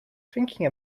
thinking